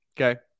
okay